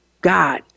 God